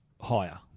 Higher